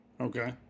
Okay